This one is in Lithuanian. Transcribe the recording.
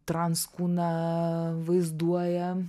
trans kūną vaizduoja